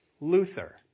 Luther